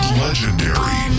legendary